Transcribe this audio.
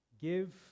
give